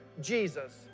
Jesus